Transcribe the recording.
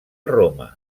roma